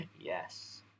Yes